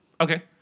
okay